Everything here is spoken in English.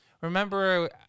Remember